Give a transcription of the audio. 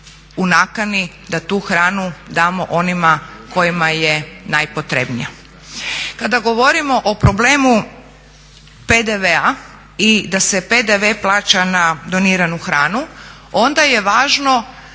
u nakani da tu hranu damo onima kojima je najpotrebnija. Kada govorimo o problemu PDV-a i da se PDV plaća na doniranu hranu, onda je važno